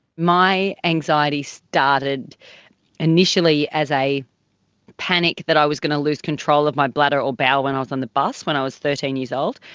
my anxiety started initially as a panic that i was going to lose control of my bladder or bowel when i was on the bus when i was thirteen years old,